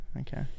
Okay